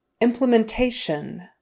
Implementation